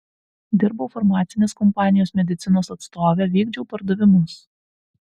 dirbau farmacinės kompanijos medicinos atstove vykdžiau pardavimus